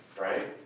right